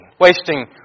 Wasting